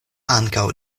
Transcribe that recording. ankaŭ